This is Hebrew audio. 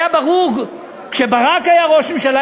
היה ברור כשברק היה ראש ממשלה,